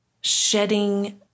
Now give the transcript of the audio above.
shedding